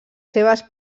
seves